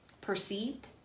perceived